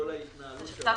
התשמ"ה-1985,